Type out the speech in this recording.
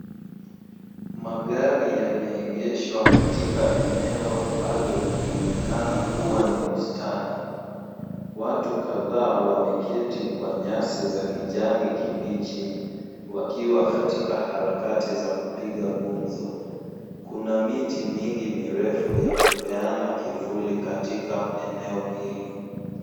Magari yameegeshwa katika eneo ambalo linaonekana kuwa ni bustani. Watu kadhaa wameketi kwa nyasi za kijani kibichi wakiwa katika harakati za kupiga gumzo. Kuna miti mingi mirefu ya kupeana kivuli katika eneo hili.